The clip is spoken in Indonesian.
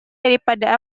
daripada